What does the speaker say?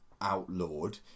outlawed